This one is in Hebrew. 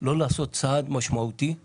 שלא לעשות צעד משמעותי גם